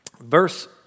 Verse